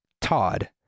todd